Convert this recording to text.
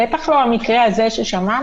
בטח לא המקרה הזה ששמענו,